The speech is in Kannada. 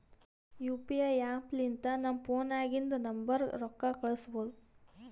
ಯು ಪಿ ಐ ಆ್ಯಪ್ ಲಿಂತ ನಮ್ ಫೋನ್ನಾಗಿಂದ ನಂಬರ್ಗ ರೊಕ್ಕಾ ಕಳುಸ್ಬೋದ್